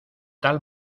tal